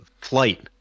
flight